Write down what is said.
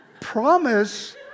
promise